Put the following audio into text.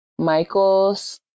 michael's